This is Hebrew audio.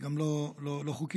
היא גם לא חוקית,